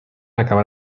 acabar